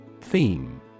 Theme